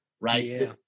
right